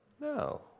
No